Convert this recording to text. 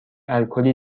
الکلی